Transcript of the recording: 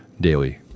daily